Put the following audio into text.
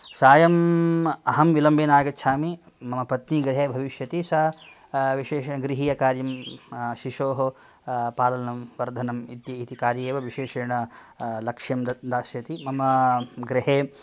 सायम् अहं विलम्बेन आगच्छामि मम पत्नी गृहे भविष्यति सा विशेषेण गृहीयकार्यं शिशोः पालनं वर्धनम् इति इति कार्ये एव विशेषण लक्ष्यं दास्यति मम गृहे